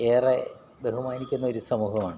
ഏറെ ബഹുമാനിക്കുന്ന ഒരു സമൂഹവാണ്